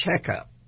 checkup